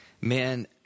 man